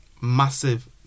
massive